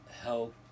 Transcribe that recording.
help